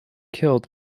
killed